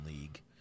league